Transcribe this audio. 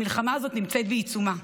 המלחמה הזאת נמצאת בעיצומה.